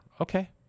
Okay